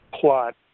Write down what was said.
plot